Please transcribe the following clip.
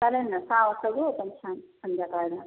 चालेल नं सहा वाजता जाऊ आपण छान संध्याकाळी